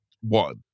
one